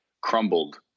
crumbled